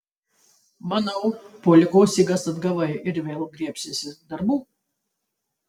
manau po ligos jėgas atgavai ir vėl griebsiesi darbų